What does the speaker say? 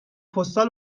پستال